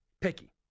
picky